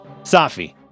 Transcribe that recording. Safi